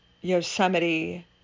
Yosemite